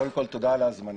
קודם כול, תודה על ההזמנה.